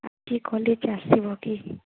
ଆଜି କଲେଜ ଆସିବ କି